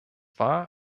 war